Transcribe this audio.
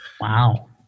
Wow